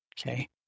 okay